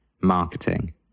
marketing